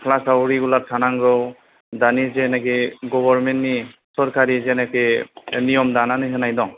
क्लासाव रिगुलार थानांगौ दानि जेनाखि गभारमेन्टनि सरखारि जेनाखि नियम दानानै होनाय दं